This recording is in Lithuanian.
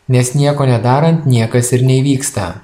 nes nieko nedarant niekas ir neįvyksta